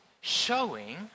showing